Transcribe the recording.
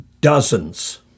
dozens